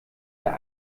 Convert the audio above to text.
der